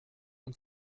und